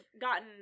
gotten